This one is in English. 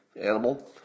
animal